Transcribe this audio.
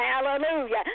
Hallelujah